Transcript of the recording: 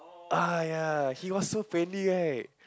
ah ya he was so friendly right